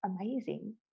Amazing